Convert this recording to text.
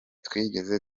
twigeze